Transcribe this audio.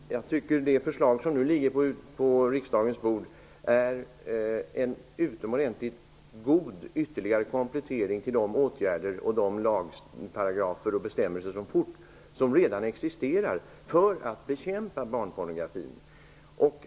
Herr talman! Jag tycker att det förslag som nu ligger på riksdagens bord är en utomordentligt god komplettering av redan existerande åtgärder, lagparagrafer och bestämmelser för att bekämpa barnpornografin.